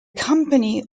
company